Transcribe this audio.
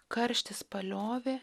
karštis paliovė